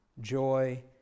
joy